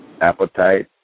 appetite